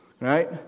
Right